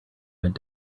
went